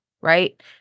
Right